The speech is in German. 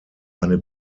eine